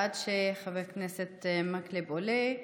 עד שחבר הכנסת מקלב עולה,